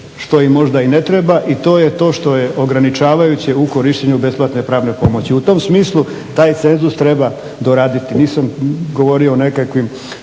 što im možda i ne treba. I to je to što je ograničavajuće u korištenju besplatne pravne pomoći. U tom smislu taj cenzus treba doraditi. Nisam govorio o nekakvim